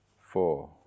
four